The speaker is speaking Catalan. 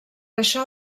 això